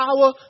Power